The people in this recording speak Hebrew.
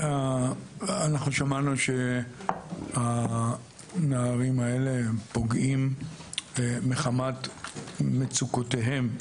שמענו שהנערים האלה הם פוגעים מחמת מצוקותיהם.